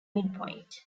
midpoint